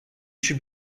should